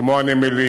כמו הנמלים